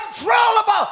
Uncontrollable